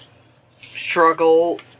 struggle